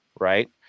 right